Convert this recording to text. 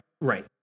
right